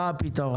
מה הפתרון?